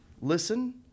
listen